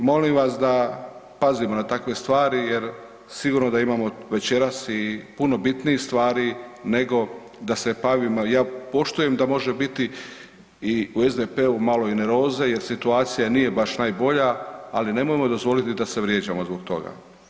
I molim vas da pazimo na takve stvari jer sigurno da imamo večeras i puno bitnijih stvari nego da se bavimo, ja poštujem da može biti i u SDP-u malo i nervoze jer situacija nije baš najbolja, ali nemojmo dozvoliti da se vrijeđamo zbog toga.